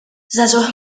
żagħżugħ